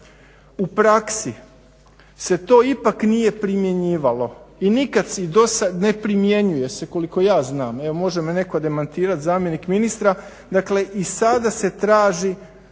U praksi se to ipak nije primjenjivalo i nikad se dosad ne primjenjuje se koliko ja znam, evo može me netko demantirat zamjenik ministra, dakle i sada se traži